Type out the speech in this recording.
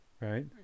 Right